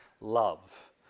love